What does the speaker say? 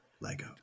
Lego